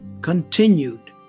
continued